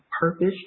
purpose